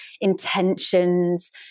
intentions